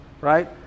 right